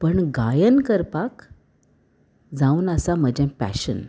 पण गायन करपाक जावन आसा म्हजें पॅशन